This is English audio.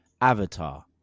avatar